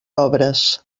obres